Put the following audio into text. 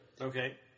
Okay